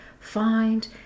find